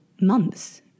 months